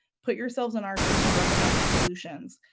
put yourselves in our shoes when recommending solutions,